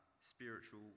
spiritual